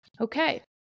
Okay